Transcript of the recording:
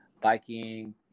biking